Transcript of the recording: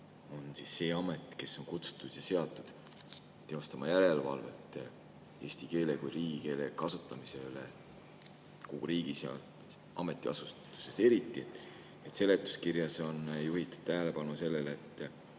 on see amet, kes on kutsutud ja seatud teostama järelevalvet eesti keele kui riigikeele kasutamise üle kogu riigis ja eriti ametiasutustes. Seletuskirjas on juhitud tähelepanu sellele, et